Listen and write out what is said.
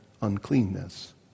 uncleanness